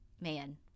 man